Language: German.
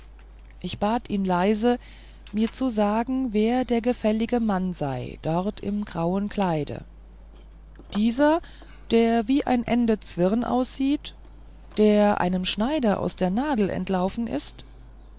ich bat ihn leise mir zu sagen wer der gefällige mann sei dort im grauen kleide dieser der wie ein ende zwirn aussieht der einem schneider aus der nadel entlaufen ist